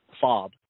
fob